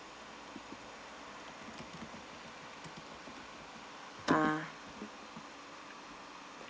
ah